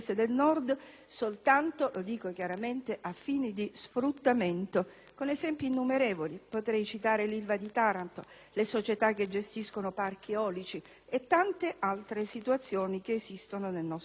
soltanto - lo dico chiaramente - a fini di sfruttamento (gli esempi sono innumerevoli: potrei citare l'ILVA di Taranto, le società che gestiscono parchi eolici e tante altre situazioni che esistono nel nostro Sud).